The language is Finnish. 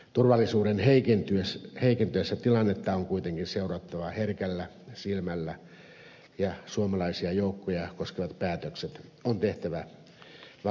turvallisuuden heikentyessä tilannetta on kuitenkin seurattava herkällä silmällä ja suomalaisia joukkoja koskevat päätökset on tehtävä vakavasti harkiten